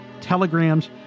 telegrams